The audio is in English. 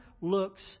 looks